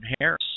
Harris